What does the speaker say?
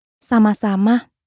Sama-sama